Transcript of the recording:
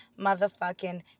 motherfucking